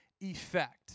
Effect